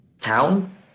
town